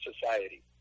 society